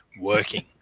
working